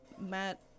Matt